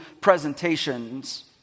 presentations